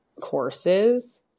courses